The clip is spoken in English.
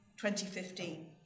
2015